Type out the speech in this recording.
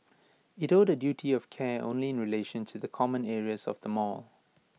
IT owed A duty of care only in relation to the common areas of the mall